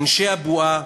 אנשי הבועה,